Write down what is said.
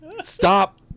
Stop